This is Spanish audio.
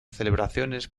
celebraciones